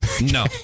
No